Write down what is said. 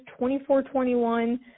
24-21